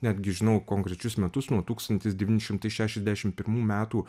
netgi žinau konkrečius metus nuo tūkstantis devyni šimtai šešiasdešim pirmų metų